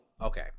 okay